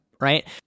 right